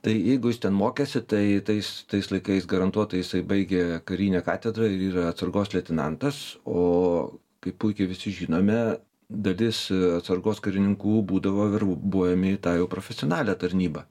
tai jeigu jis ten mokėsi tai tais tais laikais garantuotai jisai baigė karinę katedrą ir yra atsargos leitenantas o kaip puikiai visi žinome dalis atsargos karininkų būdavo verbuojami į tą jau profesionalią tarnybą